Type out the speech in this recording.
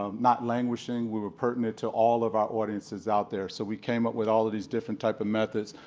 um not languishing, we were pertinent to all of our audiences out there. so we came up with all of these different types of methods,